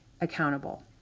accountable